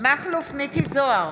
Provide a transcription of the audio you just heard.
מכלוף מיקי זוהר,